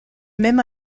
même